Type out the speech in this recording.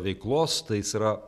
veiklos tai jis yra